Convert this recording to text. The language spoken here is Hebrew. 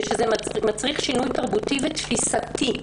ושזה מצריך שינוי תרבותי ותפיסתי.